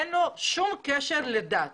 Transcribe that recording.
אין לו שום קשר לדת,